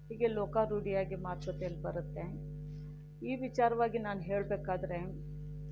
ಹೀಗೆ ಲೋಕಾರೂಢಿಯಾಗಿ ಮಾತುಕತೆಯಲ್ಲಿ ಬರುತ್ತೆ ಈ ವಿಚಾರವಾಗಿ ನಾನು ಹೇಳಬೇಕಾದರೆ